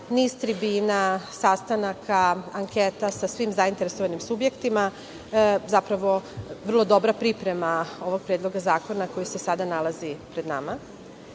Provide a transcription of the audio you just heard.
niz trbina, sastanaka, anketa, sa svim zainteresovanim subjektima, što je zapravo vrlo dobra priprema ovog predloga zakona koji se sada nalazi pred